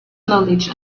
knowledge